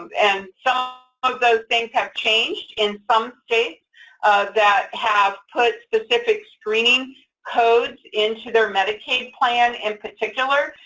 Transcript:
and some of those things have changed in some states that have put specific screening codes into their medicaid plan, in particular,